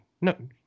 no